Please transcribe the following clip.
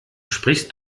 sprichst